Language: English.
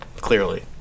clearly